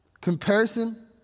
Comparison